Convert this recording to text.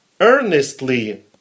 earnestly